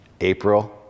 April